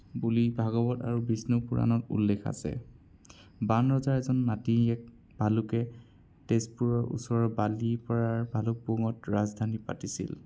বুলি ভাগৱত আৰু বিষ্ণুপুৰাণত উল্লেখ আছে বান ৰজাৰ এজন নাতিয়েক ভালুকে তেজপুৰৰ ওচৰৰ বালিপৰাৰ ভালুকপুঙত ৰাজধানী পাতিছিল